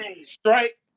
strike